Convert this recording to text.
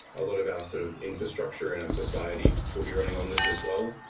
a lot of our sort of infrastructure in our society will be running on this as well.